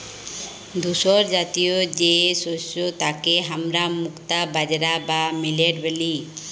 ধূসরজাতীয় যে শস্য তাকে হামরা মুক্তা বাজরা বা মিলেট ব্যলি